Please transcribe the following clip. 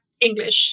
English